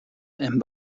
and